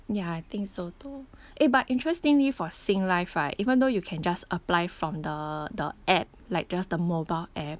ya I think so too eh but interestingly for Singlife right even though you can just apply from the the app like just the mobile app